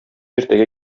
иртәгә